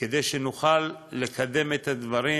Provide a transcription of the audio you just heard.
כדי שנוכל לקדם את הדברים